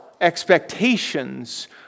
expectations